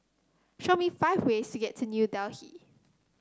show me five ways to get to New Delhi